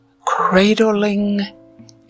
cradling